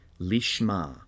lishma